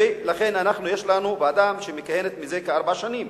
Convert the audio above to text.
ולכן יש לנו ועדה שמכהנת מזה כארבע שנים.